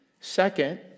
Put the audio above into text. Second